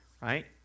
right